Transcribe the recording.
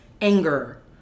anger